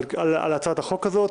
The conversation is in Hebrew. בהצעת החוק הזאת.